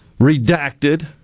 redacted